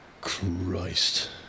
Christ